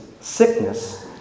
sickness